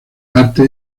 arte